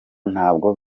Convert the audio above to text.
nabwo